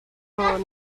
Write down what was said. rawh